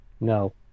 No